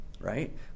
right